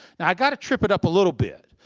now i gotta trip it up a little bit.